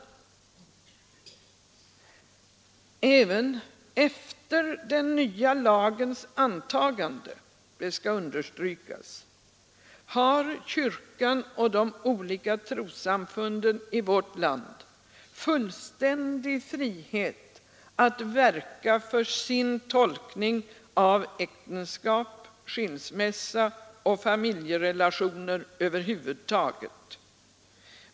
Även efter den nya lagens antagande — det skall understrykas — har kyrkan och de olika trossamfunden i vårt land fullständig frihet att verka för sin tolkning av äktenskap, skilsmässa och familjerelationer över huvud taget.